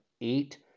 eight